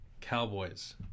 Cowboys